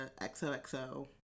XOXO